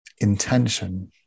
intention